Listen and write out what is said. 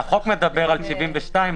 החוק מדבר על 72,